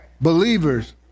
believers